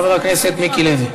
חבר הכנסת מיקי לוי.